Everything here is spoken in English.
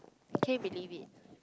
can you believe it